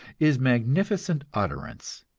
is magnificent utterance,